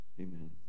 Amen